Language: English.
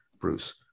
Bruce